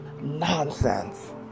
nonsense